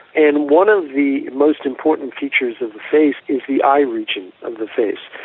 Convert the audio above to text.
and one of the most important features of the face is the eye region of the face.